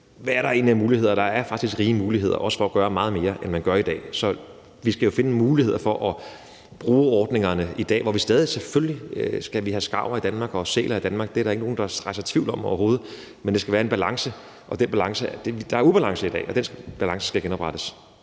hvad der egentlig er af muligheder – er, at der faktisk er rige muligheder, også for at gøre meget mere, end man gør i dag. Så vi skal finde muligheder for at bruge ordningerne i dag, for selvfølgelig skal vi have skarver og sæler i Danmark. Det er der ikke nogen der rejser tvivl om overhovedet. Men der skal være en balance, og der er ubalance i dag, og den balance skal genoprettes.